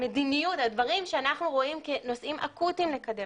המדיניות והדברים שאנחנו רואים כנושאים אקוטיים לקדם.